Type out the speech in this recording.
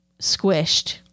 squished